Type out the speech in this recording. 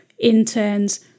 interns